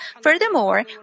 Furthermore